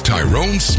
Tyrone